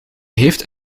heeft